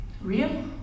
real